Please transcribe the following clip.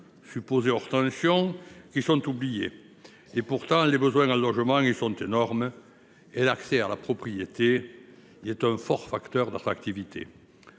supposés hors tension, qui sont oubliés. Pourtant, les besoins en logement y sont énormes et l’accès à la propriété y est un fort facteur d’attractivité.